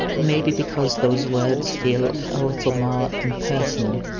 maybe because those words feel a little more impersonal,